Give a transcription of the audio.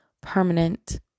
permanent